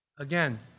Again